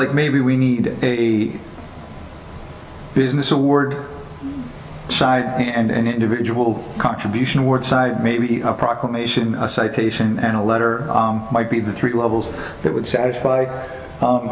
like maybe we need a business a word side and individual contribution word side maybe a proclamation a citation and a letter might be the three levels that would satisfy